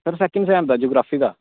sir second sem दा geography दा